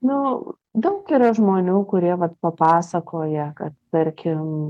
nu daug yra žmonių kurie vat papasakoja kad tarkim